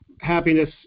happiness